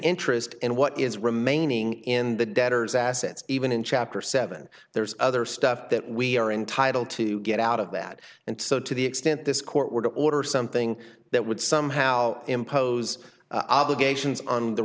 interest in what is remaining in the debtor's assets even in chapter seven there is other stuff that we are entitled to get out of that and so to the extent this court were to order something that would somehow impose obligations on the